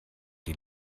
die